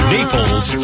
Naples